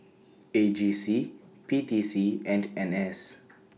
A G C P T C and N S